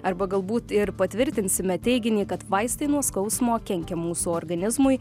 arba galbūt ir patvirtinsime teiginį kad vaistai nuo skausmo kenkia mūsų organizmui